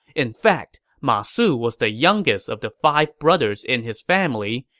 in fact, ma su was the youngest of the five brothers in his family,